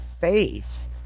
faith